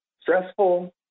stressful